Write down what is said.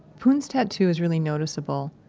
phoeun's tattoo is really noticeable.